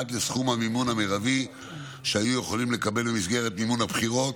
עד לסכום המימון המרבי שהיו יכולים לקבל במסגרת מימון הבחירות,